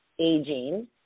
aging